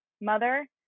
mother